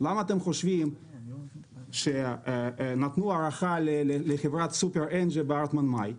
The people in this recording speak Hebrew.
למה אתם חושבים שנתנו הארכה לחברת סופר אנ.ג'י בהרטמן מאי?